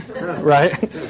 Right